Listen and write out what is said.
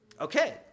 Okay